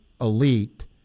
elite